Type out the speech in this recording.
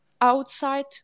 outside